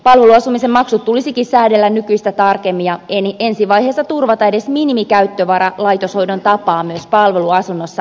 palveluasumisen maksut tulisikin säädellä nykyistä tarkemmin ja ensi vaiheessa turvata edes minimikäyttövara laitoshoidon tapaan myös palveluasunnossa asuville